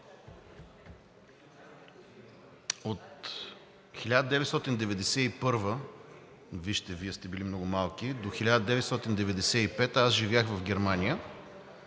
От 1991 г. – вижте, Вие сте били много малки, до 1995 г. аз живях в Германия,